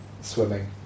swimming